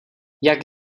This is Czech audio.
jak